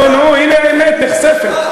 נו, נו, הנה האמת נחשפת.